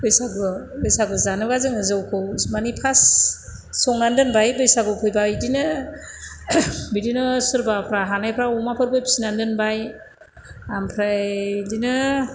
बैसागुआव बैसागु जानोबा जोङो जौखौ मानि फास संनानै दोनबाय बैसागो फैबा बिदिनो बिदिनो सोरबाफ्रा हानायफ्रा अमाफोरबो फिनानै दोनबाय ओमफ्राय बिदिनो